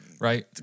right